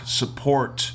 support